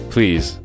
Please